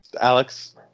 Alex